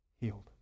healed